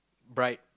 bright